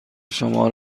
شما